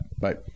Bye